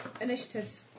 initiatives